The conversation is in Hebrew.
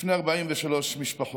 לפני 43 משפחות